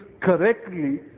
correctly